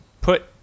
put